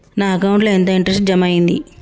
నా అకౌంట్ ల ఎంత ఇంట్రెస్ట్ జమ అయ్యింది?